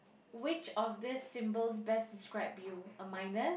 which of this symbols best describe you a minus